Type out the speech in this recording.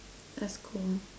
that's cool